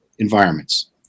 environments